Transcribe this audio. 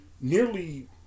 nearly